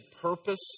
purpose